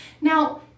Now